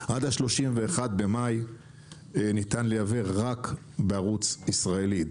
עד ה-31 במאי ניתן לייבא רק בערוץ ישראלי,